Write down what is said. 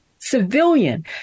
civilian